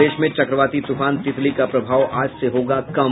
प्रदेश में चक्रवाती तूफान तितली का प्रभाव आज से होगा कम